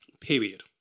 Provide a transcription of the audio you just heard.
Period